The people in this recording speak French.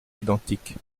identiques